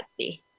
Gatsby